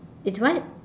it's what